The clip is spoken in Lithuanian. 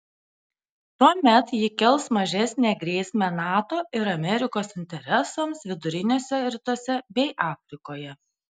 tuomet ji kels mažesnę grėsmę nato ir amerikos interesams viduriniuose rytuose bei afrikoje